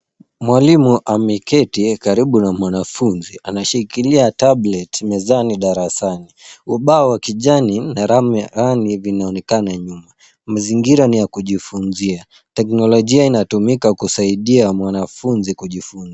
Mwalimu ameketi karibu na mwanafunzi. Anashikilia tablet mezani darasani. Ubao wa kijani na rangi vinavyoonekana nyuma. Mazingira ni ya kujifunzia. Teknolojia inatumika kusaidia mwanafunzi kujifunza.